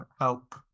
help